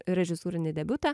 režisūrinį debiutą